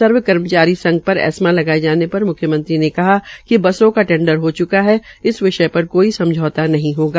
सर्वकर्मचारी संघ पर एस्मा लगाये जाने पर मुख्यमंत्री ने कहा कि बसों का टेंडर हो चुका है इस विषय पर कोई समझौता नहीं होगा